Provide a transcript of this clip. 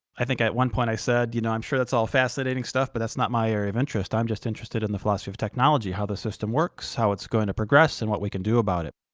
i think at one point i said, you know, i'm sure that's all fascinating stuff but that's not my area of interest. i'm just interested in the philosophy of technology, how the system works, how it's going to progress, and what we can do about it.